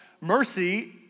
mercy